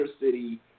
city